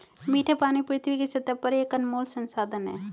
मीठे पानी पृथ्वी की सतह पर एक अनमोल संसाधन है